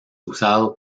usado